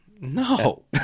No